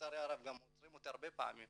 לצערי הרב גם אותי עוצרים הרבה פעמים,